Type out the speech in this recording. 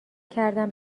کردم